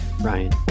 Ryan